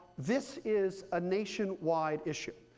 this is a nationwide issue.